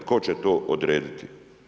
Tko će to odrediti?